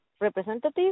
representatives